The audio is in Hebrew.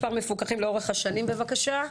מספר מפוקחים לאורך השנים, בבקשה.